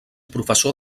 professor